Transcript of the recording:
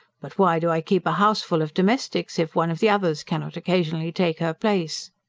but why do i keep a houseful of domestics if one of the others cannot occasionally take her place?